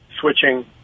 switching